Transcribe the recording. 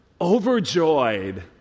overjoyed